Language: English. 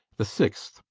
the sixth,